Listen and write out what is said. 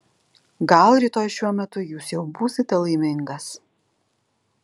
gal rytoj šiuo metu jūs jau būsite laimingas